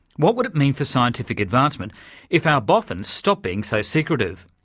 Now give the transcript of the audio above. what would it mean for scientific advancement if our boffins stopped being so secretive?